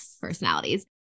personalities